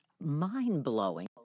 mind-blowing